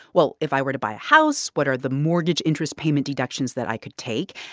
well, if i were to buy a house, what are the mortgage interest payment deductions that i could take?